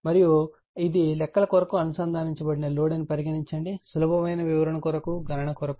మరియు ఇది లెక్కల కొరకు అనుసంధానించబడిన లోడ్ అని పరిగణించండి సులభమైన వివరణ కొరకు గణన కొరకు